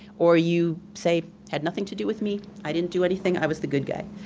or you say had nothing to do with me. i didn't do anything, i was the good guy.